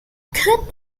could